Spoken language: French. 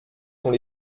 sont